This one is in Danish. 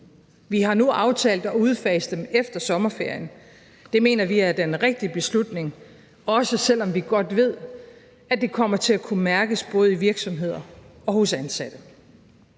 Vi har nu aftalt at udfase dem efter sommerferien. Det mener vi er den rigtige beslutning, også selv om vi godt ved at det kommer til at kunne mærkes både i virksomheder og hos ansatte.